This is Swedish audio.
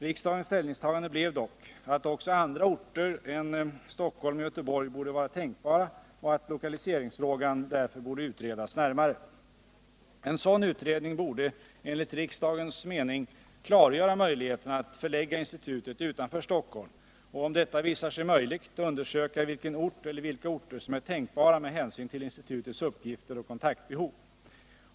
Riksdagens ställningstagande blev dock, att också andra orter än Stockholm och Göteborg borde vara tänkbara och att lokaliseringsfrågan därför borde utredas närmare. En sådan utredning borde, enligt riksdagens mening, klargöra möjligheterna att förlägga institutet utanför Stockholm och — om detta visar sig möjligt — undersöka vilken ort eller vilka orter som är tänkbara med hänsyn till institutets uppgifter och kontaktbehov.